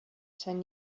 ten